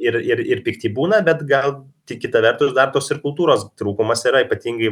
ir ir ir pikti būna bet gal tik kitą vertus dar tos ir kultūros trūkumas yra ypatingai